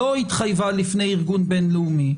לא התחייבה לפני ארגון בין-לאומי,